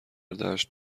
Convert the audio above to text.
دشت